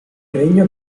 regno